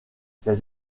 ses